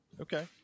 Okay